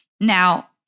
Now